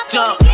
jump